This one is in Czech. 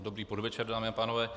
Dobrý podvečer, dámy a pánové.